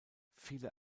viele